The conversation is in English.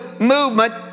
movement